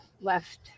left